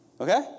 Okay